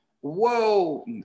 whoa